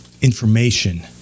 information